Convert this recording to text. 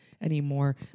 anymore